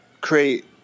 create